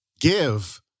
give